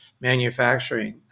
manufacturing